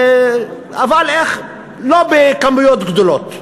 אבל לא בכמויות גדולות,